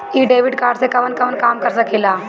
इ debit card से कवन कवन काम कर सकिला?